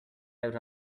out